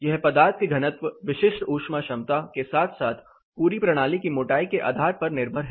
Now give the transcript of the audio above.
यह पदार्थ के घनत्व विशिष्ट ऊष्मा क्षमता के साथ साथ पूरी प्रणाली की मोटाई के आधार पर निर्भर है